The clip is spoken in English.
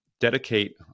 dedicate